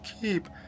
Keep